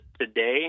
today